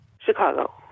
Chicago